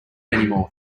anymore